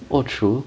oh true